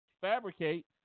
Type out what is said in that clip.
fabricate